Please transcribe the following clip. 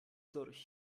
durch